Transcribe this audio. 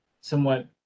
somewhat